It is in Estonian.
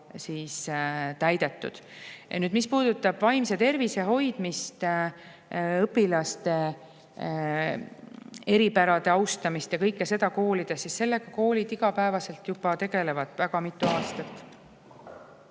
juba täidetud. Ja mis puudutab vaimse tervise hoidmist, õpilaste eripärade austamist ja kõike seda koolides, siis sellega on koolid igapäevaselt juba tegelenud väga mitu aastat.